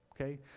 Okay